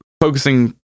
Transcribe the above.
focusing